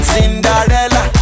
Cinderella